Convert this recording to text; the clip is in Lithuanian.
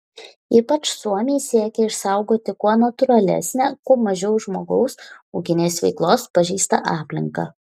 ypač suomiai siekia išsaugoti kuo natūralesnę kuo mažiau žmogaus ūkinės veiklos pažeistą aplinką